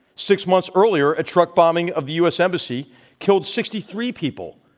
six months earlier, a truck bombing of the u. s. embassy killed sixty three people,